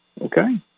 okay